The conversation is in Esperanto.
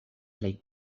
plej